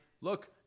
look